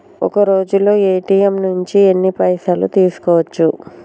ఒక్కరోజులో ఏ.టి.ఎమ్ నుంచి ఎన్ని పైసలు తీసుకోవచ్చు?